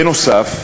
בנוסף,